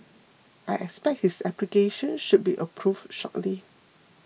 I expect his application should be approved shortly